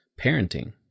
parenting